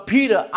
Peter